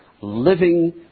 living